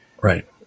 Right